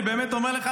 אני באמת אומר לך,